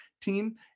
team